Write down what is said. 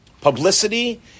publicity